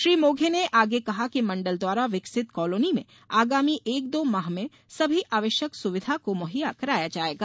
श्री मोघे ने आगे कहा कि मण्डल द्वारा विकसित कॉलानी में आगामी एक दो माह मे सभी आवश्क सुविधा को मुहैया कराया जाएगा